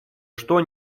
что